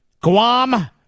Guam